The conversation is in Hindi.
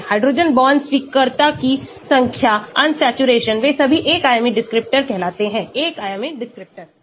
हाइड्रोजन बांड स्वीकर्ता की संख्या unsaturation वे सभी एक आयामी descriptor कहलाते हैं एक आयामी descriptor